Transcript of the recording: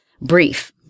brief